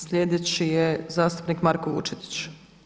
Sljedeći je zastupnik Marko Vučetić.